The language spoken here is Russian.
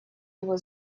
его